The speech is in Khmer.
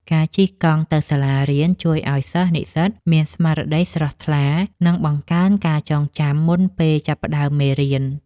ការជិះកង់ទៅសាលារៀន ជួយឱ្យសិស្សនិស្សិតមានស្មារតីស្រស់ថ្លា និងបង្កើនការចងចាំមុនពេលចាប់ផ្ដើមមេរៀន។